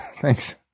Thanks